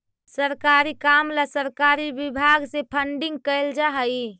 सरकारी काम ला सरकारी विभाग से फंडिंग कैल जा हई